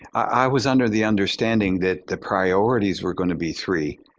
i was under the understanding that the priorities were going to be three,